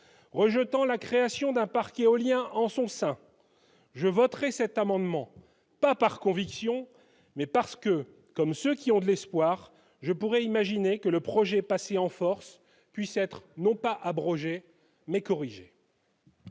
rejetant la création d'un parc éolien en son sein, je voterai cet amendement pas par conviction mais parce que, comme ceux qui ont de l'espoir, je pourrais imaginer que le projet passer en force, puisse être non pas abrogée mais corrigé.